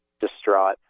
distraught